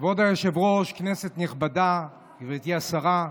היושב-ראש, כנסת נכבדה, גברתי השרה,